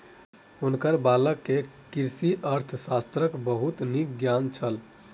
हुनकर बालक के कृषि अर्थशास्त्रक बहुत नीक ज्ञान छल